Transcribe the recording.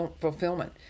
fulfillment